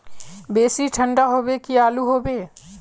बेसी ठंडा होबे की आलू होबे